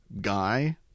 guy